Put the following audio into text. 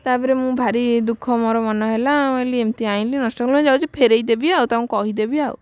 ତାପରେ ମୁଁ ଭାରି ଦୁଃଖ ମୋର ମନ ହେଲା ଆଉ ଏମତି ଆଇଁଲି ନଷ୍ଟ ହେଲା ଯାଉଛି ଫେରାଇ ଦେବି ଆଉ ତାଙ୍କୁ କହିଦେବି ଆଉ